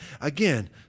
Again